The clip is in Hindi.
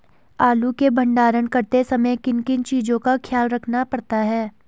आलू के भंडारण करते समय किन किन चीज़ों का ख्याल रखना पड़ता है?